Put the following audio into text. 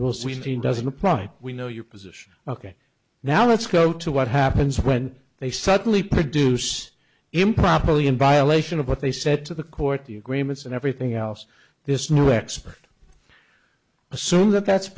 season doesn't apply we know your position ok now let's go to what happens when they suddenly produce improperly in violation of what they said to the court the agreements and everything else this new expert assume that